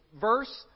verse